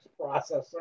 processor